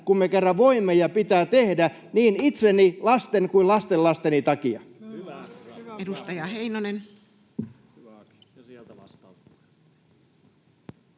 kun me kerran voimme ja pitää tehdä niin itseni, lasten kuin lastenlasteni takia.